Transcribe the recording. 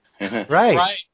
Right